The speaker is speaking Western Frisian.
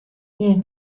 ien